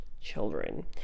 children